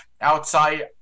outside